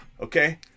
okay